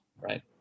right